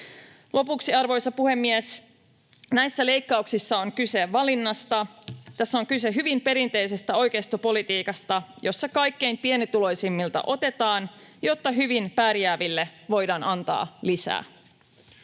Lopuksi, arvoisa puhemies, näissä leikkauksissa on kyse valinnasta. Tässä on kyse hyvin perinteisestä oikeistopolitiikasta, jossa kaikkein pienituloisimmilta otetaan, jotta hyvin pärjääville voidaan antaa lisää.